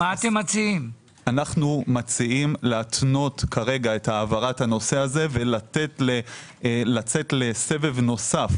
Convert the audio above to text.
אנו מציעים להתנות כרגע את העברת הנושא הזה ולצאת לסבב נוסף